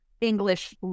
English